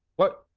what?